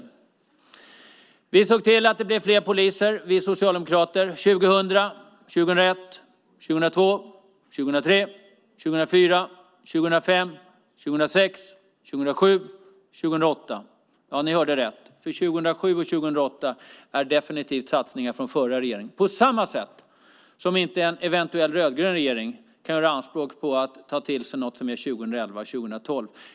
Vi socialdemokrater såg till att det blev fler poliser 2000, 2001, 2002, 2003, 2004, 2005, 2006, 2007 och 2008. Ni hörde rätt, för ökningen 2007 och 2008 är definitivt resultatet av satsningar från den förra regeringen. På samma sätt kan en eventuell rödgrön regering inte göra anspråk på att ta till sig äran av något som sker 2011 och 2012.